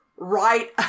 right